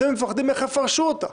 אתם מפחדים איך יפרשו אותה.